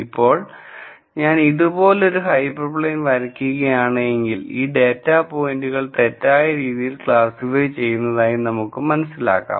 ഇപ്പോൾ ഞാൻ ഇതുപോലൊരു ഹൈപ്പർ പ്ലെയിൻ വരക്കുകയാണെങ്കിൽ ഈ ഡേറ്റ പോയിന്റുകൾ തെറ്റായ രീതിയിൽ ക്ലാസ്സിഫൈ ചെയ്തതായി നമുക്ക് മനസ്സിലാക്കാം